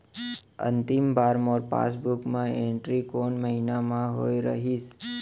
अंतिम बार मोर पासबुक मा एंट्री कोन महीना म होय रहिस?